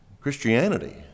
Christianity